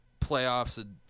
playoffs